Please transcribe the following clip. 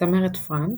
צמרת פרנט,